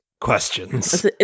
questions